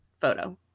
photo